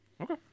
Okay